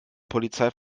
polizei